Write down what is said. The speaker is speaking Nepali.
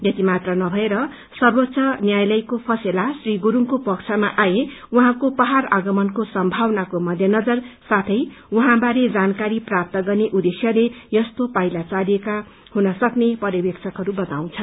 यति मात्र नभएर सर्वोच्चको फैसला श्री गुरुङको पक्षमा आए उहाँको पहाड़ आगमनको सम्भावनाको मध्यनजर साथै उहाँ बारे जानकारी प्राप्त गर्ने उद्देश्यले यस्तो पाइला चालिएको हुन सक्ने पर्यवेक्षकहरू बताउँछन्